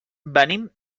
venim